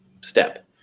step